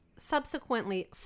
Subsequently